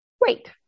Wait